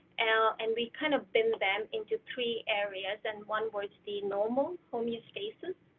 and and we kind of bin them into three areas and one was the normal homeostasis.